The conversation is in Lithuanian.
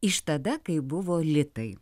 iš tada kai buvo litai